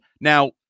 Now